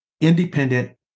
independent